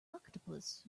octopus